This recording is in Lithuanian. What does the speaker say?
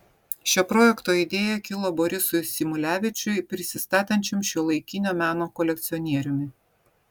šio projekto idėja kilo borisui symulevičiui prisistatančiam šiuolaikinio meno kolekcionieriumi